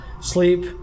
sleep